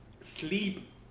sleep